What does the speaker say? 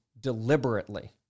deliberately